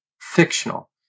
fictional